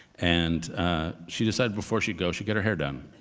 and she decided before she'd go, she'd get her hair done.